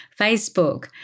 Facebook